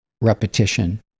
repetition